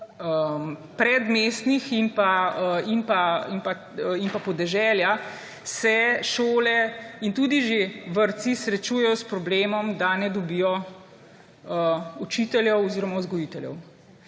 predmestnih krajih in pa na podeželju se šole in tudi že vrtci srečujejo s problemom, da ne dobijo učiteljev oziroma vzgojiteljev.